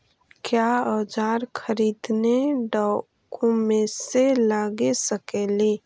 क्या ओजार खरीदने ड़ाओकमेसे लगे सकेली?